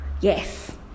yes